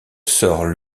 sort